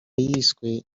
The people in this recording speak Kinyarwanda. yiswe